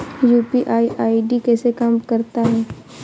UPI ID कैसे काम करता है?